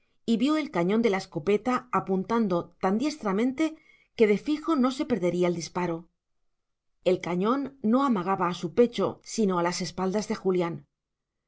y vio el cañón de la escopeta apuntado tan diestramente que de fijo no se perdería el disparo el cañón no amagaba a su pecho sino a las espaldas de julián